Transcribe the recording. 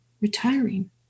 retiring